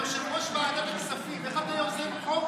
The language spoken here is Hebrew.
אתה יושב-ראש ועדת הכספים, איך אתה יוזם חוק